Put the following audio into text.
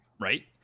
right